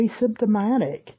asymptomatic